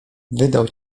wydał